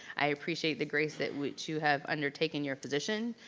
i appreciate the grace that which you have undertaken your position